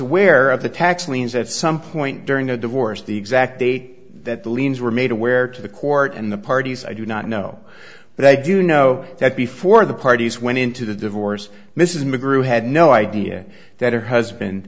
aware of the tax liens at some point during a divorce the exact date that the liens were made aware to the court and the parties i do not know but i do know that before the parties went into the divorce mrs mcgrew had no idea that her husband